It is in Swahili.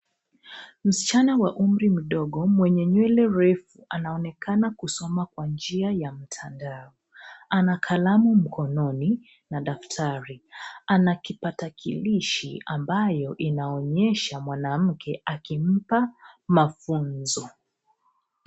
msichana wa umri mdogo mwenye nywele refu anaonekana kusoma kwa njia ya mtandao. Ana kalamu mkononi na daftari. Ana kipakatilishi ambayo iaonyesha mwanamke akimpa mafunzo.